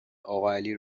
اقاعلی